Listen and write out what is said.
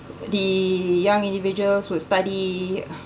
the young individuals would study